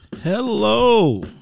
Hello